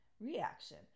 reaction